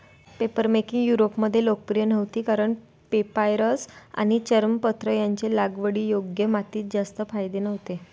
papermaking युरोपमध्ये लोकप्रिय नव्हती कारण पेपायरस आणि चर्मपत्र यांचे लागवडीयोग्य मातीत जास्त फायदे नव्हते